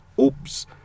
Oops